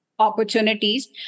opportunities